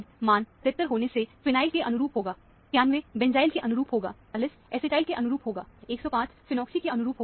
परिचित अंशों के लिए भी देखें mZ मान 77 होने से फिनाइल के अनुरूप होगा 91 बेंज़िल के अनुरूप होगा 43 एसिटाइल के अनुरूप होगा 105 फेनोक्सिल के अनुरूप होगा